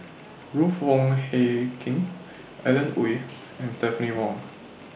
Ruth Wong Hie King Alan Oei and Stephanie Wong